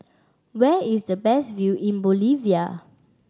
where is the best view in Bolivia